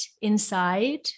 inside